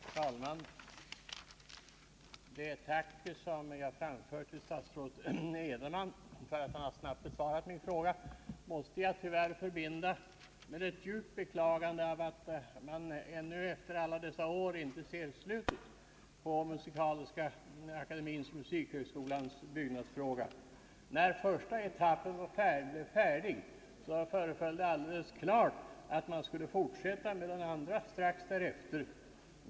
Herr talman! Det tack som jag framför till statsrådet Edenman för att han snabbt besvarat min fråga måste jag tyvärr förbinda med ett djupt beklagande av att man efter alla dessa år inte ser slutet på Musikaliska akademiens och musikhögskolans byggnadsfråga. När första etappen var färdig föreföll det alldeles klart att man skulle fortsätta med den andra strax därefter.